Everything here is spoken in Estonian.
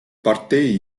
partei